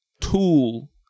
tool